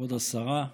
כבוד השרה,